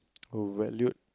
oh valued